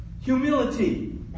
humility